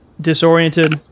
Disoriented